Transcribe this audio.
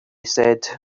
said